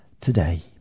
today